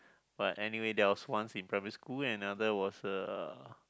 but anyway there was once in primary school another was uh